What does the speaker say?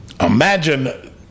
imagine